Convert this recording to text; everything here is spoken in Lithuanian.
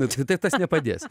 apskritai tas nepadės